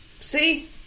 See